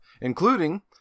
including